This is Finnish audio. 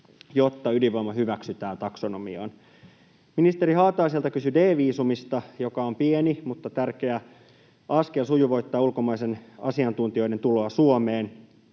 jotta ydinvoima hyväksytään taksonomiaan? Ministeri Haataiselta kysyn D-viisumista, joka on pieni, mutta tärkeä askel sujuvoittaa ulkomaisten asiantuntijoiden tuloa Suomeen.